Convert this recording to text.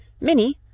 Minnie